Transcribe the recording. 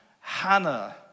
Hannah